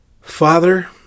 Father